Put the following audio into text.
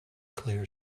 clear